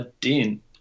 Dean